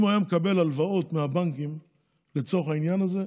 אם הוא היה מקבל הלוואות מהבנקים לצורך העניין הזה,